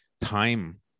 Time